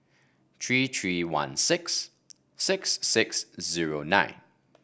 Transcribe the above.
three three one six six six zero nine